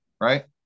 Right